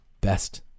best